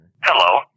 Hello